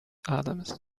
adams